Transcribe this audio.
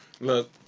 Look